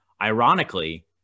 Ironically